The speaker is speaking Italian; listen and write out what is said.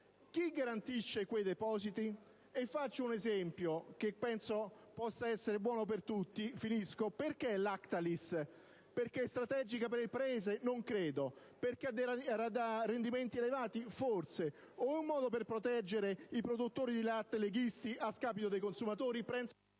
Chi garantisce quei depositi? Faccio un esempio che penso possa essere buono per tutti: perché Lactalis? Perché è strategica per il Paese? Non credo. Perché ha dei rendimenti elevati? Forse. Oppure, è un modo per proteggere i produttori di latte leghisti, a scapito dei consumatori?